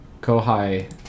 kohai